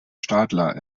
stadler